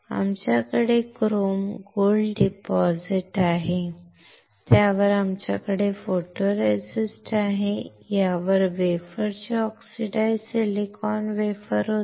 आमच्याकडे chrome gold deposit आहे त्यावर आमच्याकडे फोटोरेसिस्ट आहे यावर वेफरचे ऑक्सिडाइज्ड सिलिकॉन वेफर होते